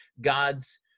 God's